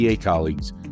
colleagues